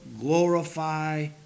glorify